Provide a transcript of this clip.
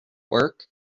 work